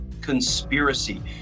conspiracy